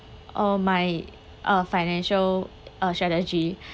oh my uh financial uh strategy